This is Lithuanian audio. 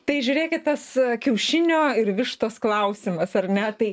tai žiūrėkit tas kiaušinio ir vištos klausimas ar ne tai